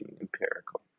empirical